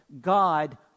God